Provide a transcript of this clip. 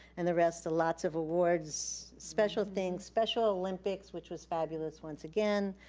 and the rest, lots of awards, special things. special olympics, which was fabulous, once again.